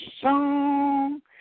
song